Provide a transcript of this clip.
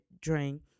drink